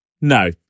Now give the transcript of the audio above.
No